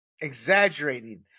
exaggerating